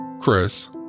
Chris